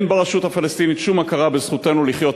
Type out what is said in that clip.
אין ברשות הפלסטינית שום הכרה בזכותנו לחיות